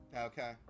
Okay